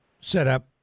setup